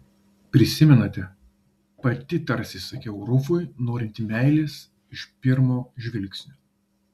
prisimenate pati tarsi sakiau rufui norinti meilės iš pirmo žvilgsnio